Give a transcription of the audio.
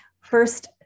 First